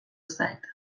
zait